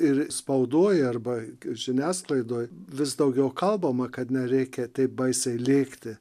ir spaudoj arba žiniasklaidoj vis daugiau kalbama kad nereikia taip baisiai lėkti